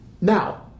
now